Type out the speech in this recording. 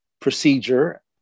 procedure